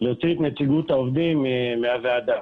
את נציגות העובדים מהוועדה.